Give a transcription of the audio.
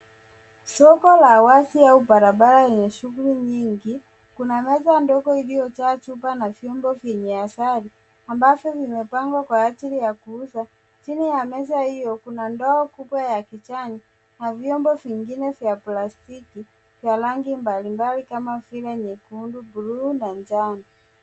Soko la wazi au barabara yenye shughuli nyingi, kuna meza ndogo iliyojaa chupa na vyombo vyenye asali ambavyo vimepangwa kwa ajili ya kuuza. Chini ya meza hiyo kuna ndoo kubwa ya kijani, na vyombo vingine vya plastiki vya rangi mbalimbali kama vile nyekundu, buluu na njano.